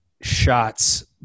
Shots